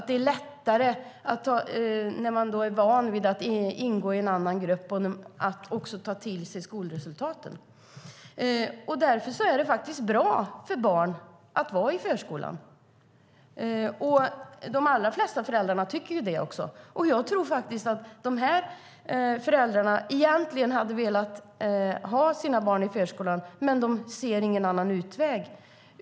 Det är lättare när man är van vid att ingå i en grupp, och det är lättare att ta till sig skolan. Därför är det faktiskt bra för barn att vara i förskolan. De allra flesta föräldrar tycker också det, och jag tror faktiskt att de här föräldrarna egentligen hade velat ha sina barn i förskolan men inte ser någon annan utväg.